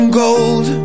gold